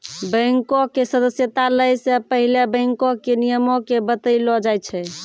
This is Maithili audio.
बैंको के सदस्यता लै से पहिले बैंको के नियमो के बतैलो जाय छै